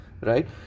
right